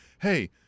hey